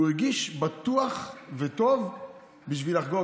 הוא הרגיש בטוח וטוב בשביל לחגוג.